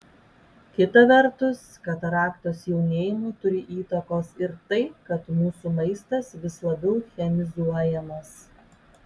kita vertus kataraktos jaunėjimui turi įtakos ir tai kad mūsų maistas vis labiau chemizuojamas